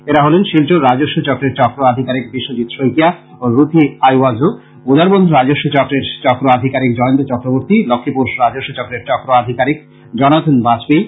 এরা হলেন শিলচর রাজস্ব চক্রের চক্র আধিকারিক বিশ্বজিৎ শইকিয়া ও রুথি আইওয়াজো উধারবন্দ রাজস্ব চক্রের চক্র আধিকারিক জয়ন্ত চক্রবর্তী লক্ষ্মীপুর রাজস্ব চক্রের চক্র আধিকারিক জনাথন বাজপেয়ী